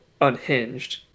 unhinged